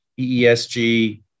EESG